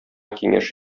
киңәш